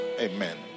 amen